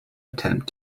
attempt